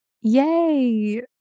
yay